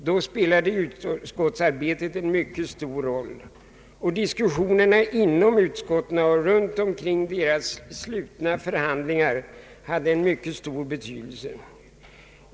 Då spelade utskottsarbetet en viktig roll, diskussionerna inom «utskotten och kring deras slutna förhandlingar hade en mycket stor betydelse.